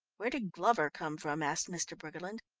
where did glover come from? asked mr. briggerland.